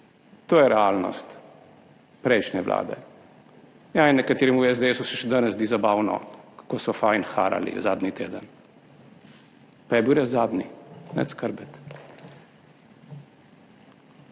To je realnost prejšnje vlade. Ja in nekaterim v SDS se še danes zdi zabavno, kako so fajn harali zadnji teden. Pa je bil res zadnji, nič skrbeti.